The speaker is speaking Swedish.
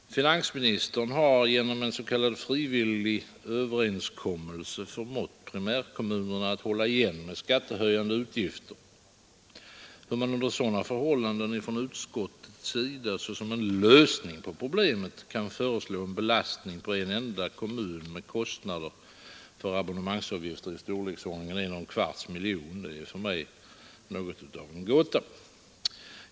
Finansministern har vid en s.k. frivillig överenskommelse förmått primärkommunerna att hålla igen med skattehöjande utgifter. Hur man under sådana förhållanden från utskottets sida som lösning på problemet kan föreslå en belastning på en enda kommun med kostnader för abonnemangsavgifter i storleksordningen 1,25 miljoner är för mig en gåta.